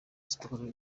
sports